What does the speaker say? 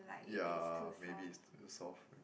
yeah maybe it's too soft